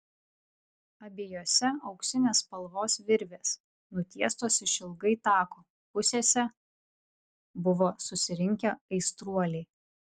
abiejose auksinės spalvos virvės nutiestos išilgai tako pusėse buvo susirinkę aistruoliai